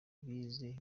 bize